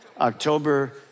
October